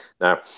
Now